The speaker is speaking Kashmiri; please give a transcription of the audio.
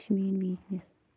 یہ چھِ میٲنۍ ویٖکنیس